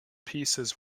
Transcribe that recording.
pieces